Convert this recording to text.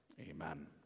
Amen